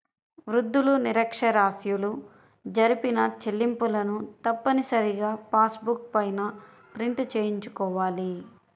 వృద్ధులు, నిరక్ష్యరాస్యులు జరిపిన చెల్లింపులను తప్పనిసరిగా పాస్ బుక్ పైన ప్రింట్ చేయించుకోవాలి